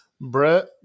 Brett